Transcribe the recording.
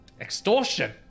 extortion